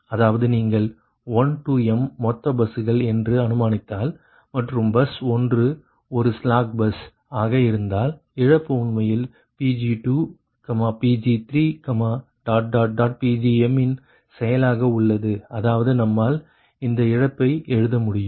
அதாவது நீங்கள் 1 to m மொத்த பஸ்கள் என்று அனுமானித்தால் மற்றும் பஸ் ஒன்று ஒரு ஸ்லாக் பஸ் ஆக இருந்தால் இழப்பு உண்மையில் Pg2Pg3Pgm யின் செயலாக உள்ளது அதாவது நம்மால் அந்த இழப்பை எழுத முடியும்